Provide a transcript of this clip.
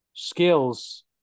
Skills